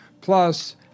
Plus